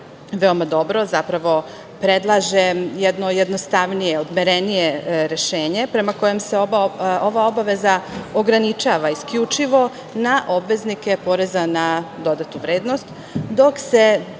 veoma dobro zapravo predlaže jedno jednostavnije, odmerenije rešenje, prema kojem se ova obaveza ograničava isključivo na obveznike poreza na dodatu vrednost, dok se,